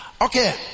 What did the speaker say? Okay